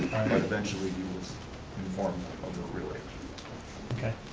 and eventually he was informed of okay.